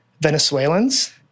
Venezuelans